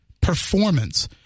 performance